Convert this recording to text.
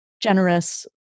generous